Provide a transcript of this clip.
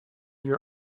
your